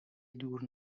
دور